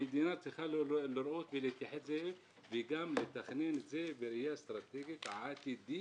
המדינה צריכה לראות ולהתייחס וגם לתכנן את זה בראייה אסטרטגית עתידית,